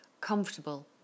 comfortable